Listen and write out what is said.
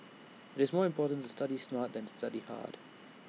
it's more important to study smart than to study hard